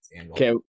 Okay